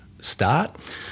start